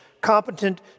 Competent